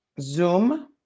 Zoom